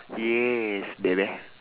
yes baby